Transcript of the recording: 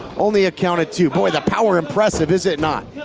only a count of two. boy, the power, impressive, is it not?